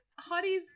Hotties